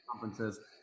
conferences